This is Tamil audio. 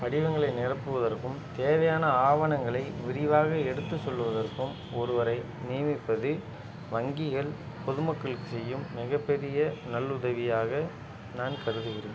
படிவங்களை நிரப்புவதற்கும் தேவையான ஆவணங்களை விரிவாக எடுத்துச் சொல்வதற்கும் ஒருவரை நியமிப்பது வங்கியில் பொதுமக்களுக்கு செய்யும் மிகப் பெரிய நல்லுதவியாக நான் கருதுகிறேன்